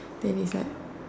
then it's like